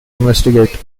investigate